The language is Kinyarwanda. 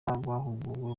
bahuguwe